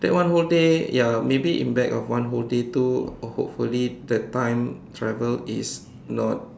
that one whole day ya maybe in back of one whole day too or hopefully the time travelled is not